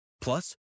Plus